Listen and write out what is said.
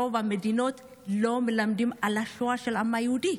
רוב המדינות לא מלמדות על השואה של העם היהודי.